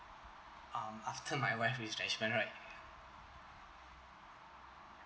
um after my wife retrenchment right